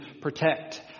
protect